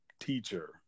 teacher